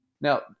Now